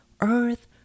earth